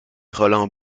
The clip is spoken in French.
roland